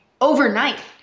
overnight